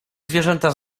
zwierzęta